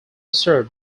served